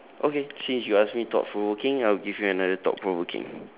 okay since you ask me thought provoking I will give you another thought provoking